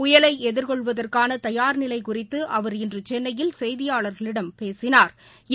புயலை எதிர்கொள்வதற்கான தயார் நிலை குறித்து அவர் இன்று சென்னையில் செய்தியாளர்களிடம் பேசினா்